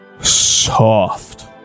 soft